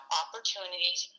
opportunities